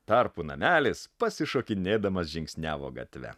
tarpu namelis pasišokinėdamas žingsniavo gatve